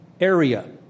area